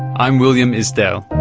i'm william isdale.